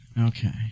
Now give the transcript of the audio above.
Okay